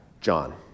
John